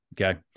okay